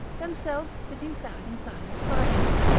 themselves sitting sad and silent by him.